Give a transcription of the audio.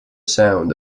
sound